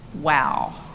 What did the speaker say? Wow